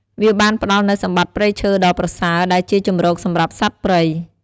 វាបានផ្តល់នូវសម្បត្តិព្រៃឈើដ៏ប្រសើរ ដែលជាជំរកសម្រាប់សត្វព្រៃ។